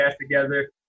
together